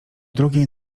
drugiej